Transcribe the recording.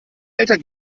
eltern